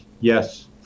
yes